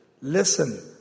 Listen